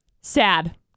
sad